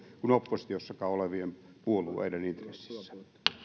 kuin oppositiossakaan olevien puolueiden intressissä